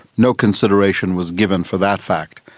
no consideration was given for that fact.